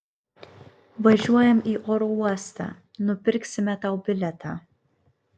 važiuojam į oro uostą nupirksime tau bilietą